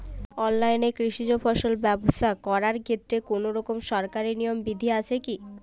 অনলাইনে কৃষিজ ফসল ব্যবসা করার ক্ষেত্রে কোনরকম সরকারি নিয়ম বিধি আছে কি?